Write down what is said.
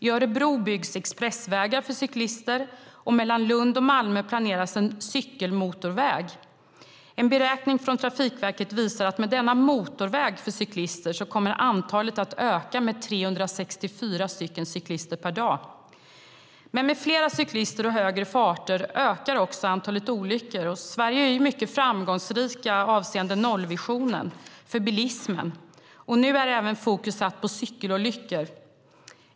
I Örebro byggs expressvägar för cyklister och mellan Lund och Malmö planeras en cykelmotorväg. En beräkning från Trafikverket visar att med denna motorväg för cyklister kommer antalet att öka med 364 per dag. Med flera cyklister och högre farter ökar också antalet olyckor. Sverige är mycket framgångsrikt avseende nollvisionen för bilismen, och nu är även fokus satt på cykelolyckor.